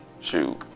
Shoot